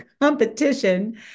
competition